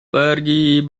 pergi